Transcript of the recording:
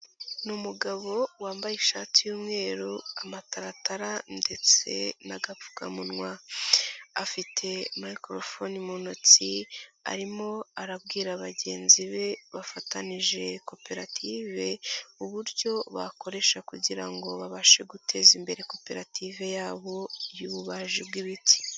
Ni umugabo wambaye ishati y'umweru, amataratara, ndetse n'agapfukamunwa, afite mayikorofone mu ntoki arimo arabwira bagenzi be bafatanije koperative, uburyo bakoresha kugira ngo babashe guteza imbere koperative yabo y'ububaji bw'ibiti.